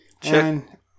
Check